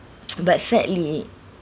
but sadly